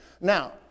Now